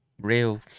real